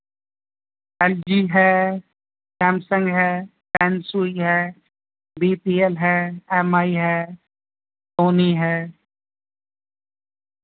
L G ہے Samsung ہے Sansui ہے بی پی ایل ہے ایم آئی ہے سونی ہے